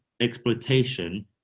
Exploitation